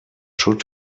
should